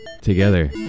Together